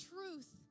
Truth